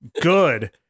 good